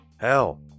Hell